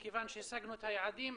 מכיוון שהשגנו את היעדים,